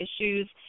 issues